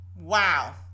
Wow